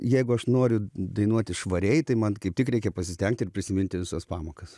jeigu aš noriu dainuoti švariai tai man kaip tik reikia pasistengti ir prisiminti visas pamokas